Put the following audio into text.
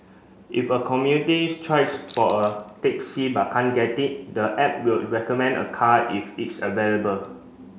if a communities tries for a taxi but can't get it the app will recommend a car if it's available